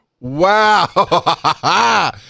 Wow